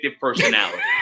personality